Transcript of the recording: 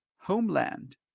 homeland